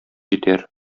җитәр